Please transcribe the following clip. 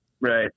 right